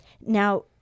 Now